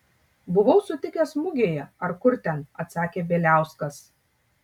buvau sutikęs mugėje ar kur ten atsakė bieliauskas